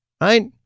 Right